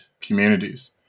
communities